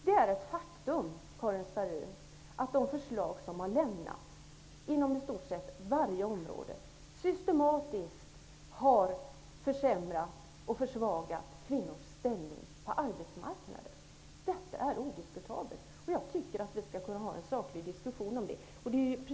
Det är ett faktum, Karin Starrin, att de förslag som har lämnats, inom i stort sett varje område, systematiskt har försämrat och försvagat kvinnors ställning på arbetsmarknaden. Det är odiskutabelt. Jag tycker att vi skall kunna föra en saklig diskussion om det.